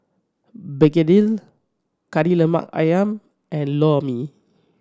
begedil Kari Lemak Ayam and Lor Mee